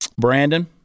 Brandon